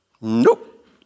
nope